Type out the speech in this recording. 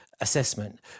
assessment